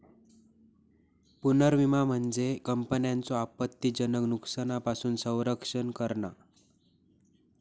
पुनर्विमा म्हणजे विमा कंपन्यांचो आपत्तीजनक नुकसानापासून संरक्षण करणा